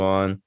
on